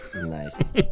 Nice